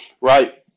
Right